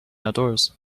outdoors